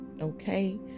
Okay